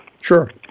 Sure